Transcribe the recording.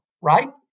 right